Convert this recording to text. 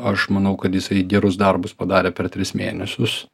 aš manau kad jisai gerus darbus padarė per tris mėnesius